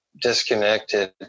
disconnected